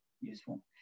useful